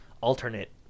alternate